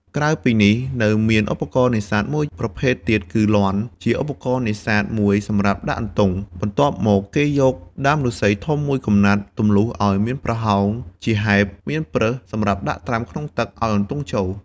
ក្រៅពីនេះនៅមានឧបករណ៍នេសាទមួយប្រភេទទៀតគឺ លាន់ ជាឧបករណ៍នេសាទមួយសម្រាប់ដាក់អន្ទង់ បន្ទាប់មកគេយកដើមឫស្សីធំមួយកំណាត់ ទម្លុះឲ្យមានប្រហោងជាហែប មានប្រឹសសម្រាប់ដាក់ត្រាំក្នុងទឹកឲ្យអន្ទង់ចូល។